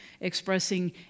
expressing